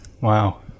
Wow